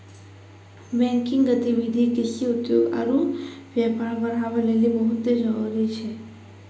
banking गतिविधि कृषि, उद्योग आरु व्यापार बढ़ाबै लेली बहुते जरुरी छै